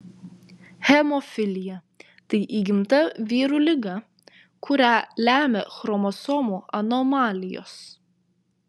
hemofilija tai įgimta vyrų liga kurią lemia chromosomų anomalijos